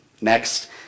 Next